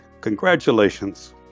congratulations